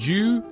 Jew